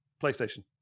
PlayStation